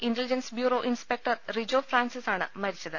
ഇന്റ legends bureau inspector Rijo Francis ആണ് മരിച്ചത്